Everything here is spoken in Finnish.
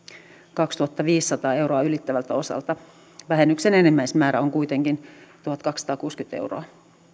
kaksituhattaviisisataa euroa ylittävältä osalta vähennyksen enimmäismäärä on kuitenkin tuhatkaksisataakuusikymmentä euroa